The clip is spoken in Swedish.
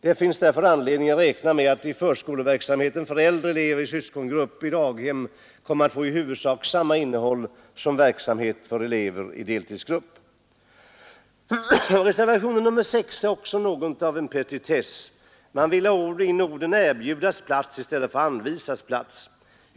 Det finns därför anledning räkna med att förskoleverksamheten för äldre elever i syskongrupp i daghem kommer att få i huvudsak samma innehåll som verksamheten för elever i deltidsgrupp.” Reservationen 6 gäller också något av en petitess. Man vill ha in orden ”erbjudas plats” i stället för ”anvisas plats”.